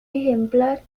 ejemplar